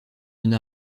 une